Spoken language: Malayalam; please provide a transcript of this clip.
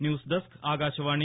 ന്യൂസ്ഡസ്ക് ആകാശവാണി